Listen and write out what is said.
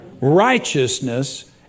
righteousness